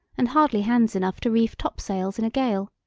and hardly hands enough to reef topsails in a gale.